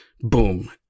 boom